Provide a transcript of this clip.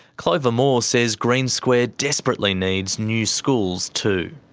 clover moore says green square desperately needs new schools too.